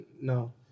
No